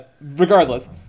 regardless